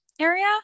area